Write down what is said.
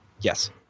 Yes